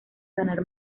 ganar